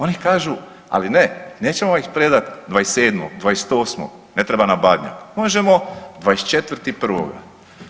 Oni kažu, ali ne, nećemo ih predati 27., 28. ne treba na Badnjak, možemo 24.1.